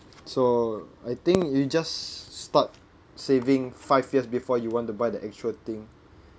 so I think you just start saving five years before you want to buy the actual thing